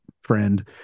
friend